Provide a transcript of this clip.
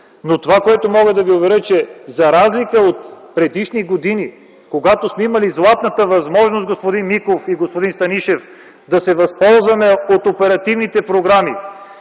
Това, в което мога да ви уверя, е, че за разлика от предишни години, когато сме имали златната възможност, господин Миков и господин Станишев, да се възползваме от оперативните програми,